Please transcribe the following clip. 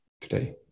today